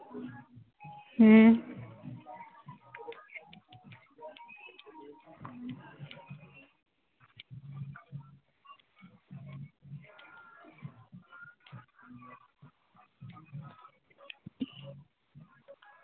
ᱦᱩᱸ